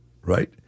Right